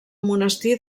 monestir